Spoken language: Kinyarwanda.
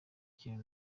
kintu